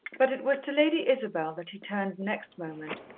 but it was to lady isabel that he turned next moment,